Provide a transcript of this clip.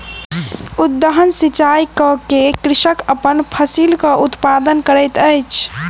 उद्वहन सिचाई कय के कृषक अपन फसिलक उत्पादन करैत अछि